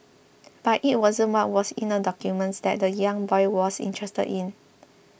but it wasn't what was in the documents that the young boy was interested in